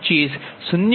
0832 0